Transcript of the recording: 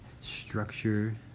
structure